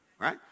Right